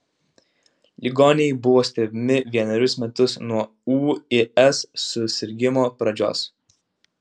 ligoniai buvo stebimi vienerius metus nuo ūis susirgimo pradžios